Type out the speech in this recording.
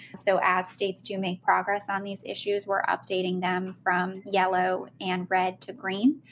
so as states do make progress on these issues, we're updating them from yellow and red to green.